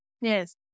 Yes